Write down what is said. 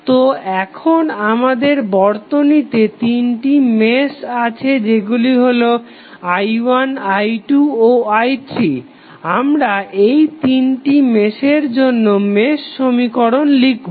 তো এখন আমাদের বর্তনীতে তিনটি মেশ আছে যেগুলি হলো i1 i2 ও i3আমার এই তিনটি মেশের জন্য মেশ সমীকরণ লিখবো